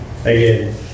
Again